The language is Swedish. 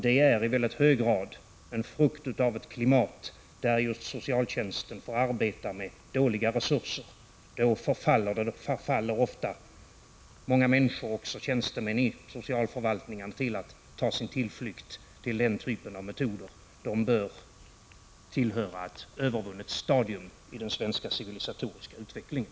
Det är i väldigt hög grad en frukt av ett klimat där just socialtjänsten får arbeta med dåliga resurser. Då förfaller ofta många människor, också tjänstemän i socialförvaltningen, till att ta sin tillflykt till den typ av metoder som bör tillhöra ett övervunnet stadium i den svenska civilisatoriska utvecklingen.